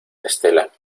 estela